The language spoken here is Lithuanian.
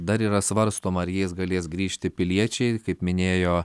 dar yra svarstoma ar jais galės grįžti piliečiai kaip minėjo